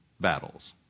battles